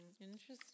Interesting